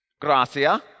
Gracias